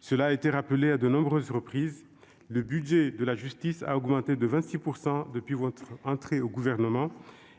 Cela a été rappelé à de nombreuses reprises : le budget de la justice a augmenté de 26 % depuis votre entrée au Gouvernement